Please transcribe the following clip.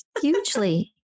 Hugely